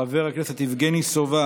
חבר הכנסת מתן כהנא,